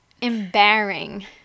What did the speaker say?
embarrassing